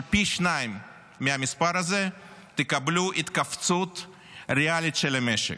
פי-שניים מהמספר הזה ותקבלו התכווצות ריאלית של המשק,